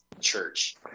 church